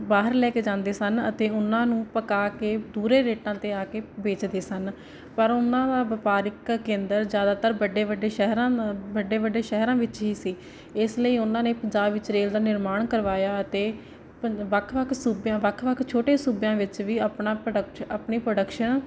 ਬਾਹਰ ਲੈ ਕੇ ਜਾਂਦੇ ਸਨ ਅਤੇ ਉਹਨਾਂ ਨੂੰ ਪਕਾ ਕੇ ਦੂਹਰੇ ਰੇਟਾਂ 'ਤੇ ਆ ਕੇ ਵੇਚਦੇ ਸਨ ਪਰ ਉਹਨਾਂ ਦਾ ਵਪਾਰਿਕ ਕੇਂਦਰ ਜ਼ਿਆਦਾਤਰ ਵੱਡੇ ਵੱਡੇ ਸ਼ਹਿਰਾਂ ਦਾ ਵੱਡੇ ਵੱਡੇ ਸ਼ਹਿਰਾਂ ਵਿੱਚ ਹੀ ਸੀ ਇਸ ਲਈ ਉਹਨਾਂ ਨੇ ਪੰਜਾਬ ਵਿੱਚ ਰੇਲ ਦਾ ਨਿਰਮਾਣ ਕਰਵਾਇਆ ਅਤੇ ਵੱਖ ਵੱਖ ਸੂਬਿਆਂ ਵੱਖ ਵੱਖ ਛੋਟੇ ਸੂਬਿਆਂ ਵਿੱਚ ਵੀ ਆਪਣਾ ਭੜਕ ਆਪਣੀ ਪ੍ਰੋਡਕਸ਼ਨ